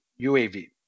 UAV